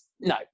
no